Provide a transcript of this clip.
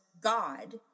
God